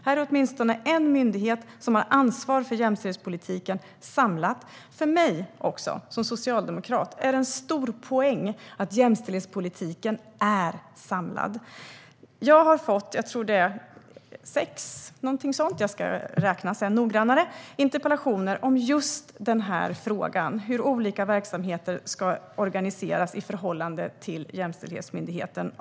Här är åtminstone en myndighet som har ett samlat ansvar för jämställdhetspolitiken. För mig som socialdemokrat finns det också en stor poäng i att jämställdhetspolitiken är samlad. Jag tror att det är sex interpellationer eller någonting sådant - jag ska räkna dem noggrannare sedan - som jag har fått av representanter för interpellantens parti om just den här frågan, det vill säga hur olika verksamheter ska organiseras i förhållande till jämställdhetsmyndigheten.